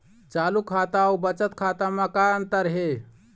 चालू खाता अउ बचत खाता म का अंतर हे?